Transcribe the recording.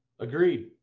agreed